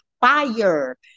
fire